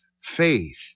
faith